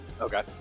Okay